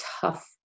tough